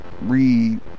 Re